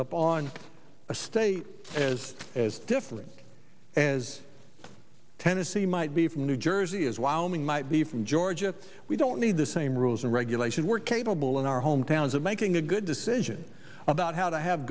up on a state as as different as tennessee might be from new jersey is wyoming might be from georgia we don't need the same rules and regulations were capable in our hometowns of making a good decision about how to have